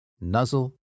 Nuzzle